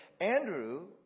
Andrew